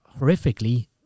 horrifically